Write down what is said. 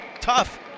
tough